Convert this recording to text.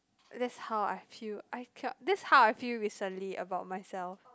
that's how I feel I that's how I feel recently about myself